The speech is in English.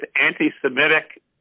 anti-Semitic